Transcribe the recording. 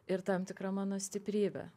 ir tam tikra mano stiprybe